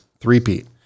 three-peat